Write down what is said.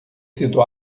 sido